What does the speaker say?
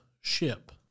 ship